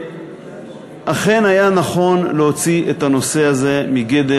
ואכן היה נכון להוציא את הנושא הזה מגדר